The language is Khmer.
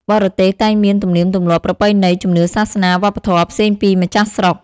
បរទេសតែងមានទំនៀមទម្លាប់ ប្រពៃណី ជំនឿសាសនា វប្បធម៌ផ្សេងពីម្ចាស់ស្រុក ។